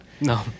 No